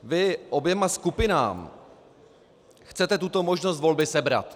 Vy oběma skupinám chcete tuto možnost volby sebrat.